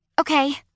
Okay